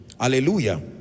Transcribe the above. Hallelujah